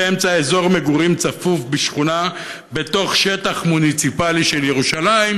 באמצע אזור מגורים צפוף בשכונה בתוך שטח מוניציפלי של ירושלים,